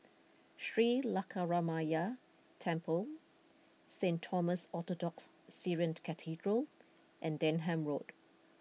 Sri Lankaramaya Temple Saint Thomas Orthodox Syrian Cathedral and Denham Road